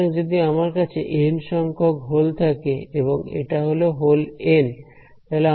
সুতরাং যদি আমার কাছে এন সংখ্যক হোল থাকে এবং এটা হল হোল n